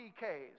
PKs